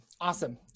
Awesome